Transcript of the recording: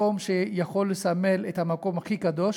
מקום שיכול לסמל את המקום הכי קדוש,